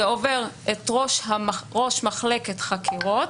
זה עובר את ראש מחלקת חקירות